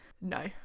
no